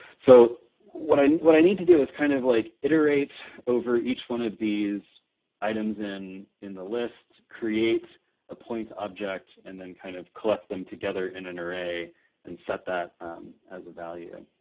so what i what i need to do is kind of like iterate over each one of these items in in the list, create a point object, and then kind of collect them together in an array and set that as a value.